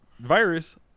virus